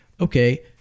okay